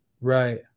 Right